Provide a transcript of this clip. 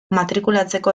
matrikulatzeko